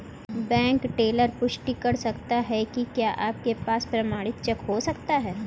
Bank teller पुष्टि कर सकता है कि क्या आपके पास प्रमाणित चेक हो सकता है?